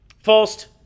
False